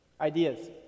Ideas